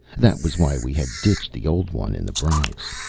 that was why we had ditched the old one in the bronx.